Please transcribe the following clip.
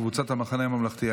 קבוצת המחנה הממלכתי.